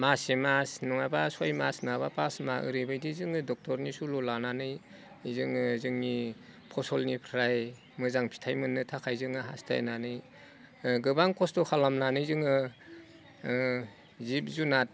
मासे मास नङाब्ला सयमास नङाब्ला फास माह ओरैबादि जोङो ड'क्टरनि सुलु लानानै जोङो जोंनि फसलनिफ्राय मोजां फिथाइ मोननो थाखाय जोङो हासथायनानै गोबां खस्थ' खालामनानै जोङो जिब जुनार